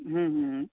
হুম হুম হুম